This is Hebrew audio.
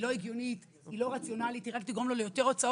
לא הגיונית ולא רציונלית אלא היא תגרום לו ליותר הוצאות.